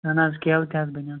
اَہَن حظ کیلہٕ تہِ حظ بنَن